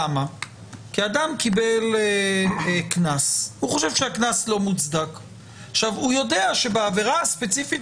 כי אדם שקיבל קנס וחושב שהקנס לא מוצדק ויודע שבעבירה הספציפית